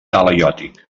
talaiòtic